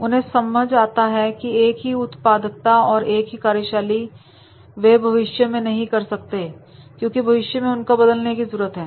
उन्हें समझ आता है कि एक ही उत्पादकता और एक ही कार्यशैली वे भविष्य में नहीं रख सकते क्योंकि भविष्य में उनको बदलने की जरूरत है